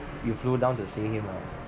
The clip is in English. you flew down to see him ah